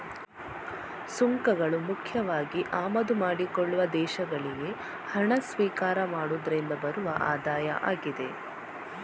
ಸುಂಕಗಳು ಮುಖ್ಯವಾಗಿ ಆಮದು ಮಾಡಿಕೊಳ್ಳುವ ದೇಶಗಳಿಗೆ ಹಣ ಸ್ವೀಕಾರ ಮಾಡುದ್ರಿಂದ ಬರುವ ಆದಾಯ ಆಗಿದೆ